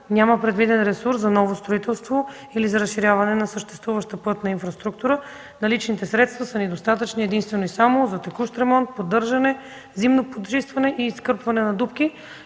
няма предвиден ресурс за ново строителство или за разширяване на съществуваща пътна инфраструктура. Наличните средства са достатъчни единствено и само за текущ ремонт, поддържане, зимно почистване и изкърпване на дупки.